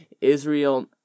Israel